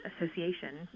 association